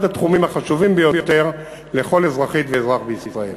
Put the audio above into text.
התחומים החשובים ביותר לכל אזרחית ואזרח בישראל.